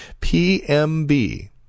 PMB